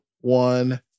one